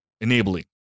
enabling